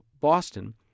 Boston